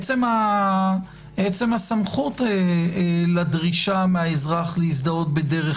עצם הסמכות לדרישה מהאזרח להזדהות בדרך